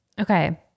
Okay